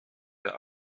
der